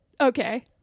okay